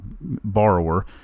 borrower